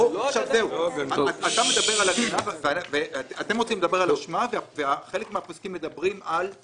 או, אתם רוצים לדבר על אשמה אבל חלק מהפוסקים, אני